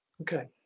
Okay